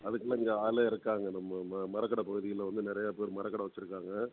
அதுக்கெலாம் இங்கே ஆளே இருக்காங்கள் நம்ம ம மரக்கடை பகுதியில் வந்து நிறையா பேர் மரக்கடை வச்சிருக்காங்கள்